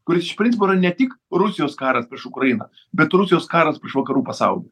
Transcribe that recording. kuris iš principo yra ne tik rusijos karas prieš ukrainą bet rusijos karas prieš vakarų pasaulį